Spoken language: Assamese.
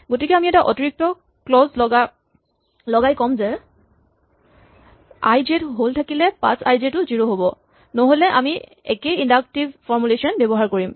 গতিকে আমি এটা অতিৰিক্ত ক্লজ লগাই ক'ম যে আই জে ত হল থাকিলে পাথছআই জে টো জিৰ' হ'ব নহ'লে আমি একেই ইন্ডাক্টিভ ফৰমূলেচন ব্যৱহাৰ কৰিম